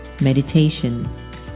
Meditation